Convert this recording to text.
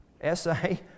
essay